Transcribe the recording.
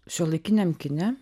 šiuolaikiniam kine